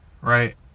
right